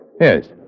Yes